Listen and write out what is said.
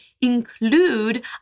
include